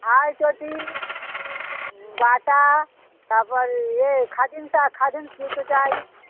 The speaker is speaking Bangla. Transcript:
হাওয়াই চটি বাটা তারপর এ খাদিমটা খাদিম জুতো চাই